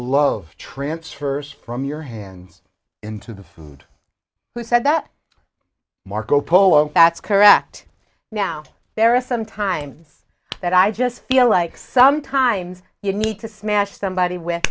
love transfers from your hands into the food who said that marco polo that's correct now there are some times that i just feel like sometimes you need to smash somebody with